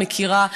מכירה,